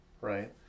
right